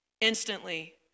instantly